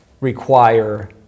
require